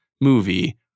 movie